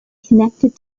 connected